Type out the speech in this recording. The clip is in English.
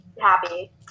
happy